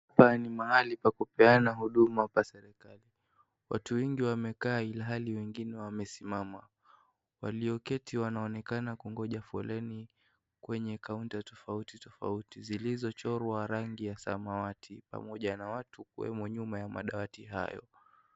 Hapa ni mahali pa kupeana huduma kwa serikali watu wengi wamekaa ilhali wengine wamesimama walioketi wanaonekana kungoja foleni kwenye kaonta tofauti tofauti zilizo chorwa rangi ya samawati pamoja na watu kuwemo nyuma ya madawati hayo.